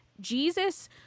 jesus